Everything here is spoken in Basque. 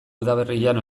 udaberrian